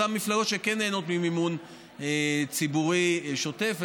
אותן מפלגות שכן נהנות ממימון ציבורי שוטף,